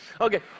Okay